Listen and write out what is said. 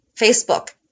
Facebook